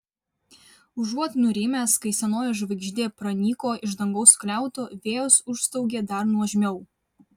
užuot nurimęs kai senoji žvaigždė pranyko iš dangaus skliauto vėjas užstaugė dar nuožmiau